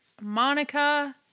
Monica